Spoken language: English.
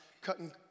cutting